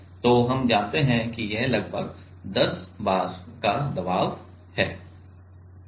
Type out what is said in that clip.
और हम जानते हैं कि यह लगभग 10 bar का दबाव है